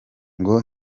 ngo